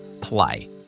Play